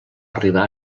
arribar